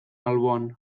alboan